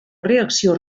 reacció